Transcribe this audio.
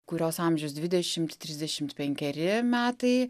kurios amžius dvidešimt trisdešimt penkeri metai